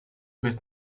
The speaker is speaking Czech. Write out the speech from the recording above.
bys